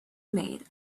made